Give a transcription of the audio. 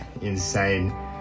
insane